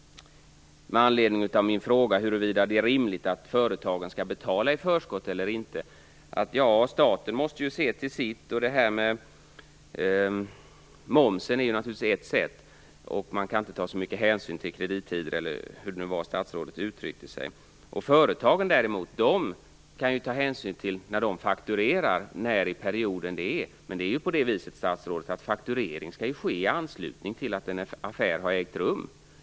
Med anledning av min fråga om huruvuda det är rimligt att företagen skall betala moms i förskott sade statsrådet att staten måste se till sitt, att momsen är ett sätt att göra det och att man inte kan ta så mycket hänsyn till kredittider. Företagen däremot, sade statsrådet, kan ta hänsyn till när i perioden de fakturerar. Men det ju på det viset, statsrådet, att fakturering skall ske i anslutning till att en affär har ägt rum.